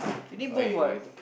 you need both what